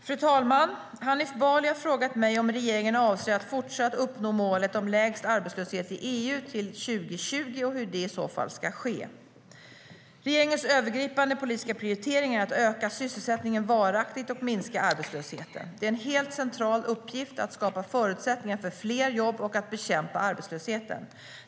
Fru talman! Hanif Bali har frågat mig om regeringen fortsatt avser att uppnå målet om lägst arbetslöshet i EU till 2020 och hur det i så fall ska ske. Regeringens övergripande politiska prioritering är att öka sysselsättningen varaktigt och minska arbetslösheten. Det är en helt central uppgift att skapa förutsättningar för fler jobb och att bekämpa arbetslösheten.